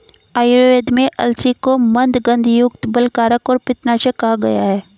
आयुर्वेद में अलसी को मन्दगंधयुक्त, बलकारक और पित्तनाशक कहा गया है